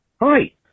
hi